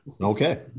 okay